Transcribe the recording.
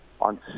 on